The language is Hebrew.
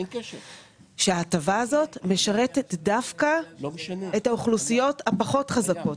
שההטבה הזאת משרתת דווקא את האוכלוסיות הפחות חזקות,